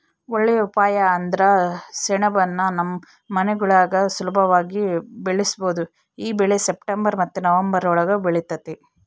ಒಳ್ಳೇ ಉಪಾಯ ಅಂದ್ರ ಸೆಣಬುನ್ನ ನಮ್ ಮನೆಗುಳಾಗ ಸುಲುಭವಾಗಿ ಬೆಳುಸ್ಬೋದು ಈ ಬೆಳೆ ಸೆಪ್ಟೆಂಬರ್ ಮತ್ತೆ ನವಂಬರ್ ಒಳುಗ ಬೆಳಿತತೆ